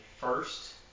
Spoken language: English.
first